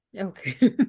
okay